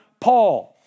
Paul